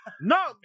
No